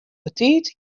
betiid